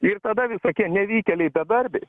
ir tada visokie nevykėliai bedarbiai